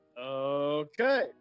Okay